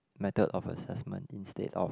method of assessment instead of